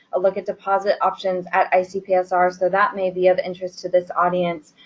a look at deposit options at icpsr, so that may be of interest to this audience.